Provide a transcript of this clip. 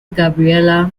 gabriella